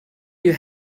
you